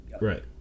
right